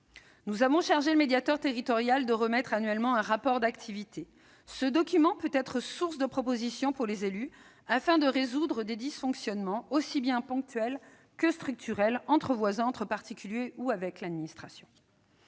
Nous avons chargé le médiateur territorial de remettre annuellement un rapport d'activité ; ce document peut être source de propositions pour les élus, afin de résoudre des dysfonctionnements aussi bien ponctuels que structurels entre voisins, entre particuliers ou avec l'administration.